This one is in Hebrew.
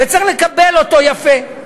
וצריך לקבל אותו יפה.